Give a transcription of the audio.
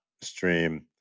stream